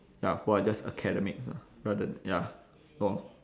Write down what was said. ya who are just academics lah rather ya hor